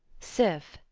sif,